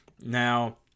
Now